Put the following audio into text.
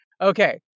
okay